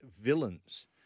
villains –